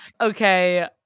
Okay